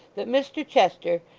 that mr chester,